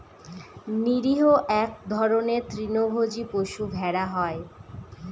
নিরীহ এক ধরনের তৃণভোজী পশু ভেড়া হয়